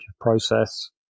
process